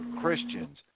Christians